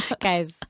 guys